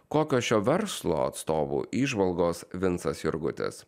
kokios šio verslo atstovų įžvalgos vincas jurgutis